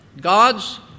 God's